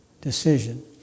decision